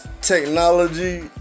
technology